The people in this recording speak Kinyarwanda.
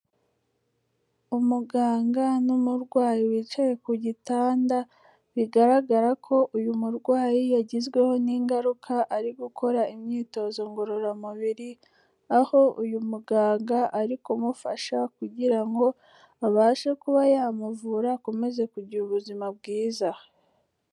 Umuganga n'umurwayi wicaye ku gitanda, bigaragara ko uyu murwayi yagizweho n'ingaruka ari gukora imyitozo ngororamubiri, aho uyu muganga ari kumufasha kugira ngo abashe kuba yamuvura, akomeze kugira ubuzima bwiza.